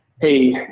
Hey